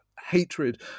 hatred